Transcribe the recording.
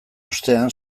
ostean